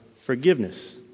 forgiveness